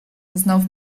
знов